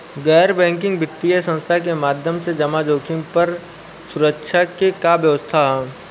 गैर बैंकिंग वित्तीय संस्था के माध्यम से जमा जोखिम पर सुरक्षा के का व्यवस्था ह?